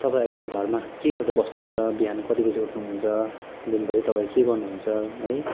तपाईँ अहिले घरमा के गर्दै बस्नुहुन्छ बिहान कति बजी उठ्नुहुन्छ दिनभरि तपाईँ के गर्नुहुन्छ है